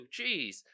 Jeez